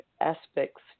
aspects